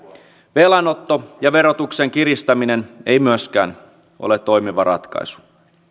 velanotto ja verotuksen kiristäminen ei myöskään ole toimiva ratkaisu